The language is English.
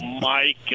Mike